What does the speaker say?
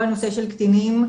כל הנושא של קטינים,